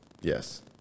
Yes